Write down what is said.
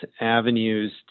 avenues